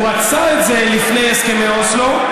הוא רצה את זה לפני הסכמי אוסלו,